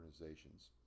organizations